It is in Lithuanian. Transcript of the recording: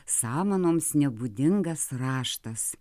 samanoms nebūdingas raštas